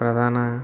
ప్రధాన